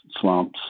slumps